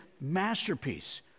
masterpiece